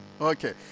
Okay